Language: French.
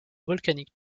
volcaniques